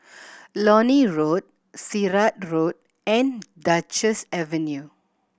Lornie Road Sirat Road and Duchess Avenue